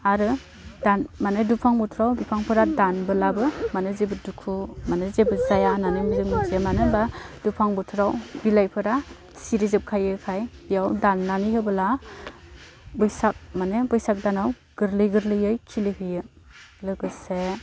आरो माने दुफां बोथोराव बिफांफोरा दानबोलाबो माने जेबो दुखु माने जेबो जाया होन्नानै जों मिथियो मानो होनबा दुफां बोथोराव बिलाइफोरा सिरिजोबखायोखाय बेयाव दान्नानै होबोला बैसा माने बैसाग दानाव गोरलै गोरलैयै खिलिहैयो लोगोसे